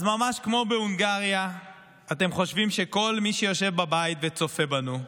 אז ממש כמו בהונגריה אתם חושבים שכל מי שיושב בבית וצופה בנו,